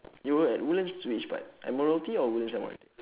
you were at woodlands which part admiralty or woodlands M_R_T